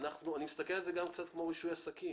אני מסתכל על זה גם כמו על רישוי עסקים.